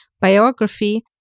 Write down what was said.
biography